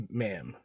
ma'am